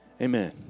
Amen